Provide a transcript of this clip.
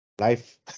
Life